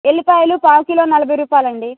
వెల్లుల్లిపాయలు పావుకిలో నలభై రూపాయలండి